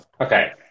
Okay